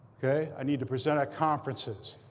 ok? i need to present at conferences.